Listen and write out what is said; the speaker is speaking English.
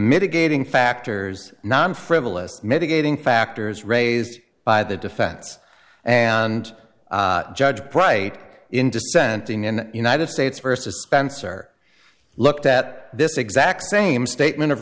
mitigating factors non frivolous mitigating factors raised by the defense and judge upright in dissenting in the united states versus spencer looked at this exact same statement of